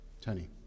Tony